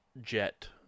jet